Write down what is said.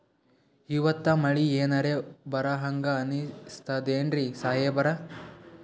ಇವತ್ತ ಮಳಿ ಎನರೆ ಬರಹಂಗ ಅನಿಸ್ತದೆನ್ರಿ ಸಾಹೇಬರ?